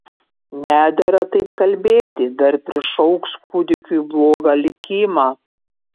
nedera taip kalbėti dar prišauks kūdikiui blogą likimą